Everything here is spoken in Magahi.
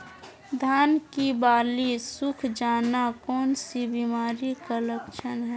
धान की बाली सुख जाना कौन सी बीमारी का लक्षण है?